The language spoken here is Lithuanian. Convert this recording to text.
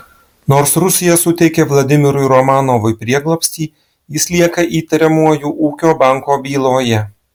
nors rusija suteikė vladimirui romanovui prieglobstį jis lieka įtariamuoju ūkio banko byloje